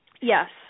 Yes